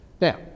Now